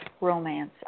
romance